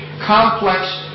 complex